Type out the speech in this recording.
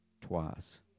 twice